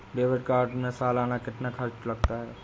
Debit card में सालाना कितना खर्च लगता है?